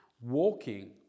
walking